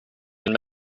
and